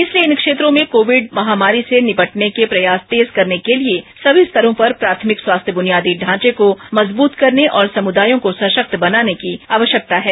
इसलिए इन क्षेत्रों में कोविड महामारी से निपटने के प्रयास तेज करने के लिए सभी स्तरों पर प्राथमिक स्वास्थ्य बुनियादी ढांचे को मजबूत करने और समुदायों को सशक्त बनाने की आवश्यकता है